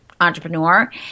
entrepreneur